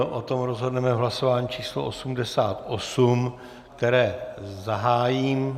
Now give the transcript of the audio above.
O tom rozhodneme v hlasování číslo osmdesát osm, které zahájím.